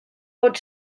pot